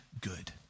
good